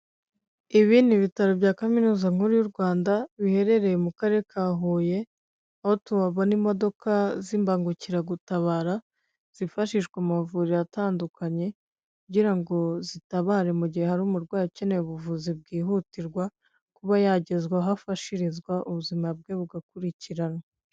Ibi n'ibitaro bya kaminuza nkuru y'u Rwanda, biherereye mu karere ka huye, aho tuhabona imodoka z'imbangukiragutabara, zifashishwa mumavuriro atandukanye kugira ngo zitabare mu gihe hari umurwayi ukeneye ubuvuzi bwihutirwa kuba yagezwa aho afashirizwa ubuzima bwe bugakurikiranwa.